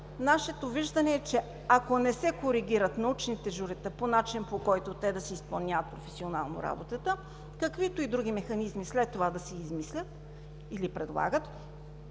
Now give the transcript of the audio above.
Нашето виждане е, че ако не се коригират научните журита по начина, по който да си изпълняват професионално работата, каквито и други механизми след това да се измислят или предлагат,